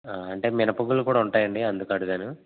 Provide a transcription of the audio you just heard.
అంటే మినప గుండ్లు కూడా ఉంటాయండి అందుకు అడిగాను